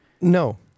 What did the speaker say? No